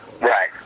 Right